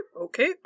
Okay